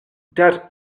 that